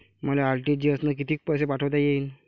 मले आर.टी.जी.एस न कितीक पैसे पाठवता येईन?